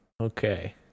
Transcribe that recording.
Okay